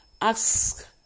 Ask